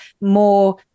more